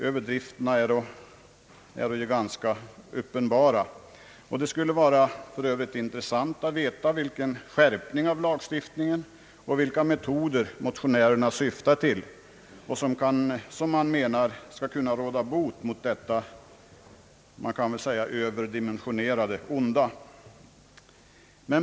Överdrifterna är ganska uppenbara, och det skulle för övrigt vara intressant att veta vilken skärpning av lagstiftningen och vilka metoder motionärerna syftar till för att råda bot mot detta så att säga överdimensionerade onda.